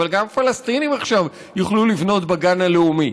אבל גם פלסטינים עכשיו יוכלו לבנות בגן הלאומי.